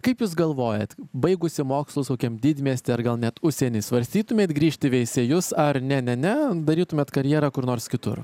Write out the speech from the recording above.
kaip jūs galvojat baigusi mokslus kokiam didmiesty ar gal net užsieny svarstytumėt grįžti į veisiejus ar ne ne ne darytumėt karjerą kur nors kitur